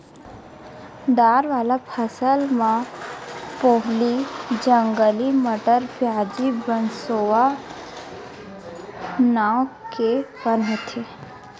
दार वाला फसल म पोहली, जंगली मटर, प्याजी, बनसोया नांव के बन होथे